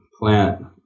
plant